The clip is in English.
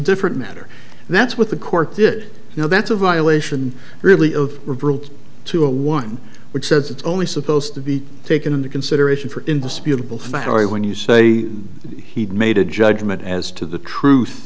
different matter and that's what the court did you know that's a violation really of rule two a one which says it's only supposed to be taken into consideration for indisputable fact or when you say he'd made a judgment as to the truth